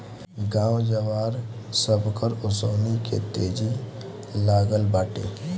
गाँव जवार, सबकर ओंसउनी के तेजी लागल बाटे